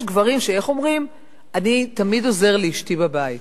יש גברים שאומרים: אני תמיד עוזר לאשתי בבית.